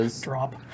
drop